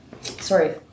sorry